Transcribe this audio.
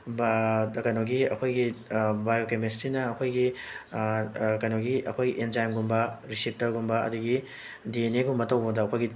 ꯀꯩꯅꯣꯒꯤ ꯑꯩꯈꯣꯏꯒꯤ ꯕꯥꯏꯑꯣꯀꯦꯃꯤꯁꯇ꯭ꯔꯤꯅ ꯑꯩꯈꯣꯏꯒꯤ ꯀꯩꯅꯣꯒꯤ ꯑꯩꯈꯣꯏ ꯑꯦꯟꯖꯥꯏꯝꯒꯨꯝꯕ ꯔꯤꯁꯤꯞꯇꯔꯒꯨꯝꯕ ꯑꯗꯒꯤ ꯗꯤ ꯑꯦꯟ ꯑꯦ ꯒꯨꯝꯕ ꯇꯧꯕꯗ ꯑꯩꯈꯣꯏꯒꯤ